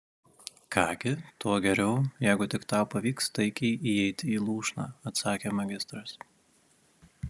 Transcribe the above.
ką gi tuo geriau jeigu tik tau pavyks taikiai įeiti į lūšną atsakė magistras